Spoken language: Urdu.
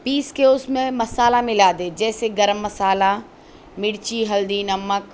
پیس کے اس میں مصالحہ ملا دے جیسے گرم مصالحہ مرچی ہلدی نمک